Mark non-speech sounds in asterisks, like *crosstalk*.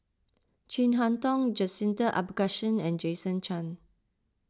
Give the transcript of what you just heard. Chin Harn Tong Jacintha *unintelligible* and Jason Chan